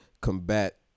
combat